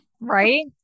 right